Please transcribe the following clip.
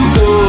go